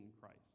Christ